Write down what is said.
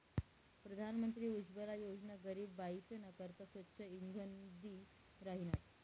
प्रधानमंत्री उज्वला योजना गरीब बायीसना करता स्वच्छ इंधन दि राहिनात